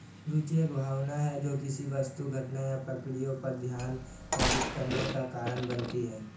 रूचि एक भावना है जो किसी वस्तु घटना या प्रक्रिया पर ध्यान केंद्रित करने का कारण बनती है